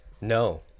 No